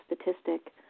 statistic